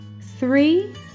three